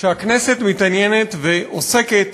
שהכנסת מתעניינת ועוסקת